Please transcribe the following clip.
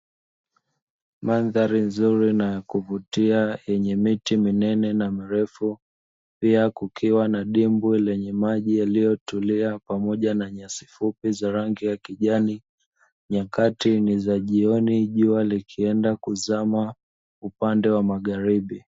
Mandhari nzuri na ya kuvutia yenye miti minene na mirefu pia kukiwa na dimbwi la maji yaliyotulia pamoja na nyasi fupi za rangi ya kijani, nyakati nizajioni jua likienda kuzama upande wa magharibi.